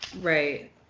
Right